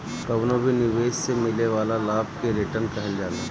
कवनो भी निवेश से मिले वाला लाभ के रिटर्न कहल जाला